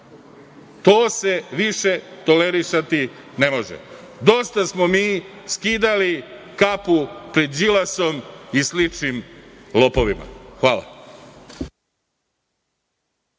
To se više tolerisati ne može. Dosta smo mi skidali kapu pred Đilasom i sličnim lopovima. Hvala.